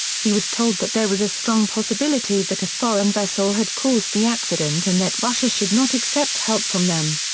he was told that there was a strong possibility that a foreign vessel had caused the accident and that russia should not accept help from them.